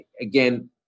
again